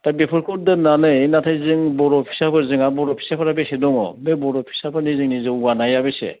दा बेफोरखौ दोननानै नाथाय जों बर' फिसाफोर जोंहा बर' फिसाफोरा बेसे दङ बर' फिसाफोरनि जोंनि जौगानाया बेसे